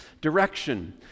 direction